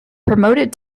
promoted